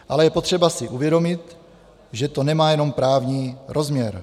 Ale je potřeba si uvědomit, že to nemá jenom právní rozměr.